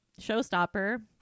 showstopper